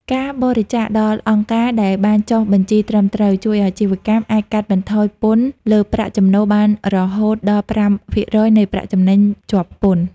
ការបរិច្ចាគដល់អង្គការដែលបានចុះបញ្ជីត្រឹមត្រូវ ជួយឱ្យអាជីវកម្មអាចកាត់បន្ថយពន្ធលើប្រាក់ចំណូលបានរហូតដល់ប្រាំភាគរយនៃប្រាក់ចំណេញជាប់ពន្ធ។